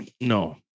No